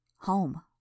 Home